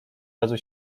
razu